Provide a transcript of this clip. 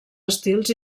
estils